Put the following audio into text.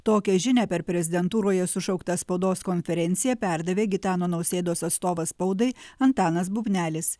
tokią žinią per prezidentūroje sušauktą spaudos konferenciją perdavė gitano nausėdos atstovas spaudai antanas bubnelis